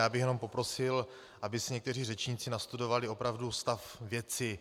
Jen bych poprosil, aby si někteří řečníci nastudovali opravdu stav věci.